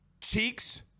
cheeks